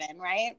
right